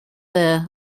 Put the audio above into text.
there